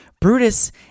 Brutus